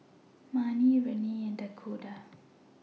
Marnie Renea and Dakoda